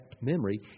memory